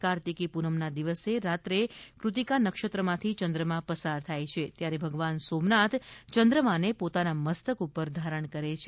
કાર્તિકી પુનમના દિવસે રાત્રે કૃતિકા નક્ષત્રમાંથી ચંદ્રમા પસાર થાય છે ત્યારે ભગવાન સોમનાથ યન્દ્રમાંને પોતાના મસ્તક ઉપર ધારણ કરે છે